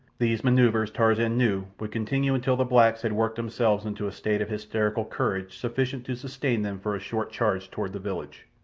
these manoeuvres tarzan knew would continue until the blacks had worked themselves into a state of hysterical courage sufficient to sustain them for a short charge toward the village,